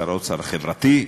שר האוצר החברתי,